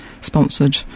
sponsored